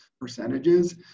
percentages